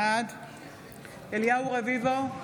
בעד אליהו רביבו,